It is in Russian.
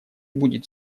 будет